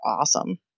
awesome